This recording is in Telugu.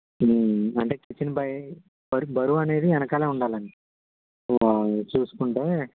అంటే కిచెన్ పై బరువు బరువనేది వెనకాలే ఉండాలండి చూస్కుంటే